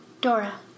Dora